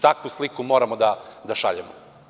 Takvu sliku moramo da šaljemo.